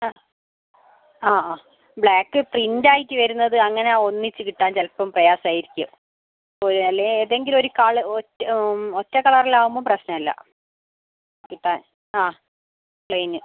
ആ ആ ആ ബ്ലാക്ക് പ്രിന്റ് ആയിട്ട് വരുന്നത് അങ്ങനെ ഒന്നിച്ച് കിട്ടാൻ ചിലപ്പം പ്രയാസം ആയിരിക്കും ഒരു അല്ലെങ്കിൽ ഏതെങ്കിലും ഒരു കളർ ഒറ്റ ഒറ്റ കളറിലാവുമ്പോൾ പ്രശ്നമില്ല കിട്ടാൻ ആ പ്ലെയിൻ